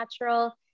natural